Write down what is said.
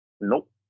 Nope